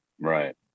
Right